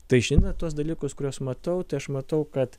tai žinant tuos dalykus kuriuos matau tai aš matau kad